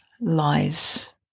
lies